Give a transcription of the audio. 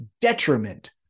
detriment